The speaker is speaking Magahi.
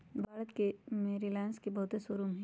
भारत में रिलाएंस के बहुते शोरूम हई